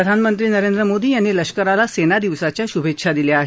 प्रधानमंत्री नरेंद्र मोदी यांनी लष्कराला सेना दिवसाच्या शुभेच्छा दिल्या आहेत